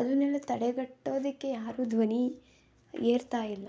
ಅದನ್ನೆಲ್ಲ ತಡೆಗಟ್ಟೋದಕ್ಕೆ ಯಾರು ಧ್ವನಿ ಏರ್ತಾ ಇಲ್ಲ